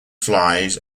flies